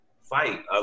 fight